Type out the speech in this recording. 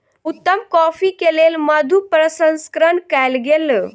उत्तम कॉफ़ी के लेल मधु प्रसंस्करण कयल गेल